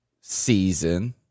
season